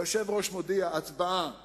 היושב-ראש מודיע: הצבעה